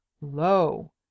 lo